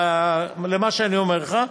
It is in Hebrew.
למה שאני אומר לך.